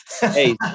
Hey